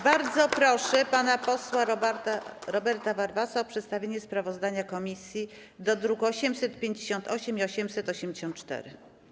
Bardzo proszę pana posła Roberta Warwasa o przedstawienie sprawozdania komisji - druki nr 858 i 884.